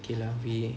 okay lah we